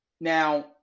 Now